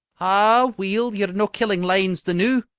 ah, weel, ye're no killing lions the noo.